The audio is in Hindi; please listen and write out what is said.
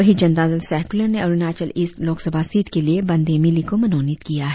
वही जनता दल सेकुलार ने अरुणाचल ईस्ट लोक सभा सीट के लिए बंदे मिलि को मनोनीत किया है